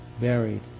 buried